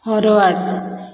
forward